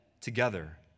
together